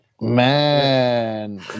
Man